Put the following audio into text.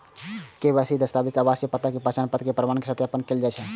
KYC दस्तावेज मे आवासीय पता, पहचान पत्र के प्रमाण के सत्यापन कैल जाइ छै